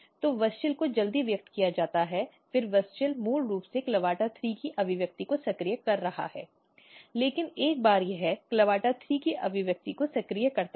तो WUSCHEL को जल्दी व्यक्त किया जाता है फिर wuschel मूल रूप से CLAVATA3 की अभिव्यक्ति को सक्रिय कर रहा है लेकिन एक बार यह CLAVATA3 की अभिव्यक्ति को सक्रिय करता है